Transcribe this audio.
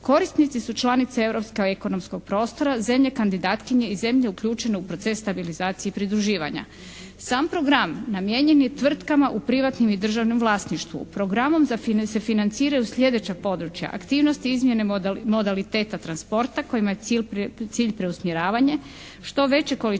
Korisnice su članice europskog ekonomskog prostora, zemlje kandidatkinje i zemlje uključene u proces stabilizacije i pridruživanja. Sam program namijenjen je tvrtkama u privatnom i državnom vlasništvu. Programom se financiraju sljedeća područja, aktivnost izmjene modaliteta transporta kojima je cilj preusmjeravanje što veće količine